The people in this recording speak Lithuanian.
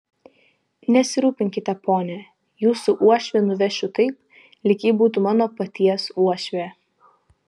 nesirūpinkite pone jūsų uošvę nuvešiu taip lyg ji būtų mano paties uošvė